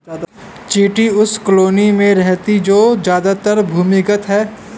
चींटी उस कॉलोनी में रहती है जो ज्यादातर भूमिगत है